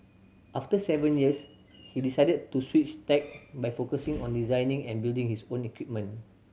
after seven years he decided to switch tack by focusing on designing and building his own equipment